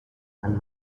and